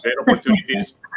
opportunities